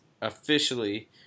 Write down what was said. officially